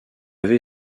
avez